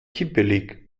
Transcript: kippelig